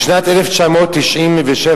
בשנת 1997,